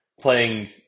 Playing